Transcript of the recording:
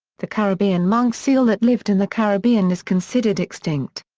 the caribbean monk seal that lived in the caribbean is considered extinct.